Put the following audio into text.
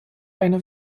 eine